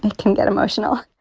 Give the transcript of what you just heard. can get emotional.